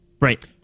Right